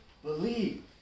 Believe